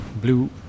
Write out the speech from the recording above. blue